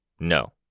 No